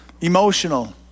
emotional